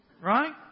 right